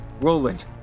Roland